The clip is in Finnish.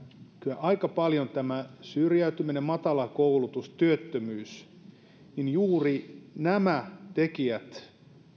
kyllä aika paljon merkitsee tämä syrjäytyminen matala koulutus työttömyys jos juuri nämä tekijät